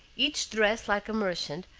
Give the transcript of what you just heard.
each dressed like a merchant,